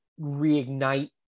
reignite